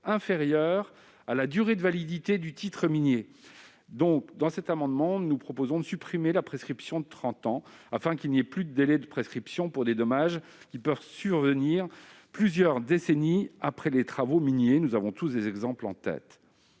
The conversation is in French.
inférieure à la durée de validité du titre minier. Au travers de cet amendement, nous proposons de supprimer la prescription de trente ans, afin qu'il n'y ait plus de délai de prescription pour des dommages qui peuvent survenir plusieurs décennies après les travaux miniers ; nous avons tous des exemples en tête.